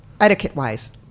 etiquette-wise